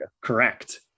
Correct